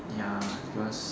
ya because